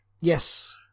Yes